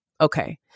Okay